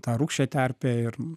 tą rūgščią terpę ir